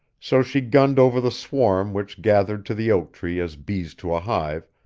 so she gunned over the swarm which gathered to the oak tree as bees to a hive,